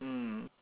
mm